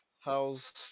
How's